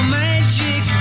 magic